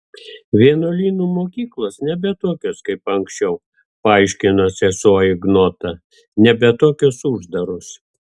vienuolynų mokyklos nebe tokios kaip anksčiau paaiškino sesuo ignotą nebe tokios uždaros